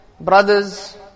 brothers